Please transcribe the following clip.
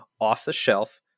off-the-shelf